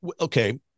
okay